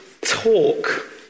talk